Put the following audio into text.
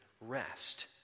rest